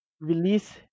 Release